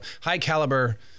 high-caliber